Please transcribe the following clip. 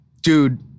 dude